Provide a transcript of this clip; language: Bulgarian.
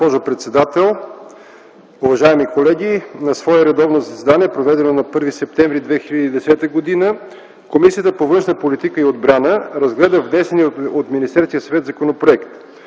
госпожо председател, уважаеми колеги! „На свое редовно заседание, проведено на 1 септември 2010 г., Комисията по външна политика и отбрана разгледа внесения от Министерския съвет законопроект.